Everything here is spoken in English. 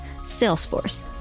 salesforce